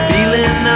Feeling